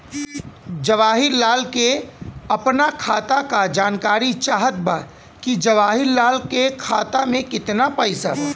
जवाहिर लाल के अपना खाता का जानकारी चाहत बा की जवाहिर लाल के खाता में कितना पैसा बा?